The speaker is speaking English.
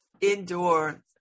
indoor